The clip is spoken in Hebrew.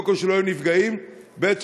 קודם כול שלא יהיו נפגעים; ב.